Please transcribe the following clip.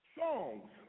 songs